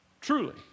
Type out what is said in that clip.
Truly